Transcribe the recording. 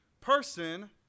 person